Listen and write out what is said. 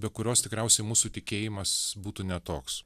be kurios tikriausiai mūsų tikėjimas būtų ne toks